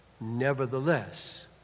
nevertheless